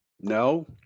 No